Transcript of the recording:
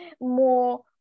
more